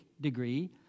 degree